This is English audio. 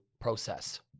process